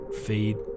feed